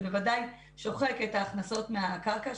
זה בוודאי שוחק את ההכנסות מהקרקע,